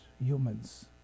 humans